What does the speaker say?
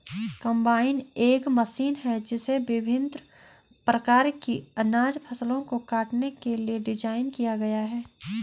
combine एक machine है जिसे विभिन्न प्रकार की अनाज फसलों को काटने के लिए डिज़ाइन किया गया है